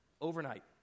overnight